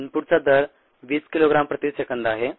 इनपुटचा दर 20 किलोग्राम प्रति सेकंद आहे